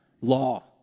law